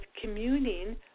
communing